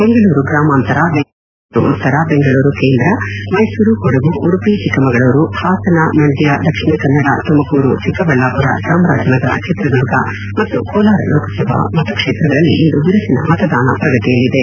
ಬೆಂಗಳೂರು ಗ್ರಾಮಾಂತರ ಬೆಂಗಳೂರು ದಕ್ಷಿಣ ಬೆಂಗಳೂರು ಉತ್ತರ ಬೆಂಗಳೂರು ಕೇಂದ್ರ ಮೈಸೂರು ಕೊಡಗು ಉಡುಪಿ ಚಿಕ್ಕಮಗಳೂರು ಹಾಸನ ಮಂದ್ಯ ದಕ್ಷಿಣ ಕನ್ನದ ತುಮಕೂರು ಚಿಕ್ಕಬಳ್ಳಾಪುರ ಚಾಮರಾಜನಗರ ಚಿತ್ರದುರ್ಗ ಮತ್ತು ಕೋಲಾರ ಲೋಕಸಭಾ ಮತಕ್ಷೇತ್ರಗಳಲ್ಲಿ ಇಂದು ಬಿರುಸಿನ ಮತದಾನ ಪ್ರಗತಿಯಲ್ಲಿದೆ